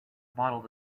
bottle